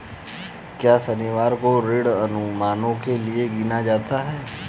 क्या शनिवार को ऋण अनुमानों के लिए गिना जाता है?